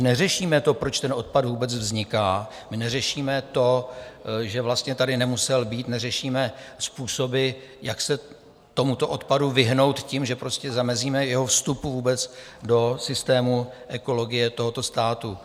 Neřešíme to, proč ten odpad vůbec vzniká, neřešíme to, že vlastně tady nemusel být, neřešíme způsoby, jak se tomuto odpadu vyhnout tím, že prostě zamezíme vůbec jeho vstupu do systému ekologie tohoto státu.